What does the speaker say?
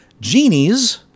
Genies